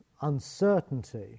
uncertainty